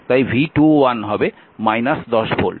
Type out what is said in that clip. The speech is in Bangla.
তাই V21 হবে 10 ভোল্ট